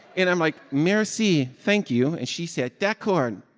and i'm like, merci, thank you. and she said d'accord,